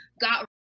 got